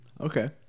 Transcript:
Okay